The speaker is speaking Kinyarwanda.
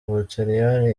butaliyani